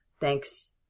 Thanks